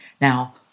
Now